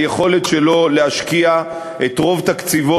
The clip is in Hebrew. היכולת שלו להשקיע את רוב תקציבו,